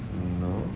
no